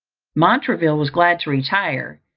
montraville was glad to retire,